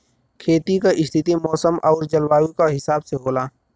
खेती क स्थिति मौसम आउर जलवायु क हिसाब से होला